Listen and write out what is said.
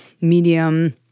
medium